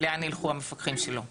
לאן ילכו המפקחים שלו,